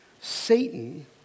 Satan